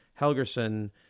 helgerson